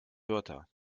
wörter